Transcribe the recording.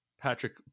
Patrick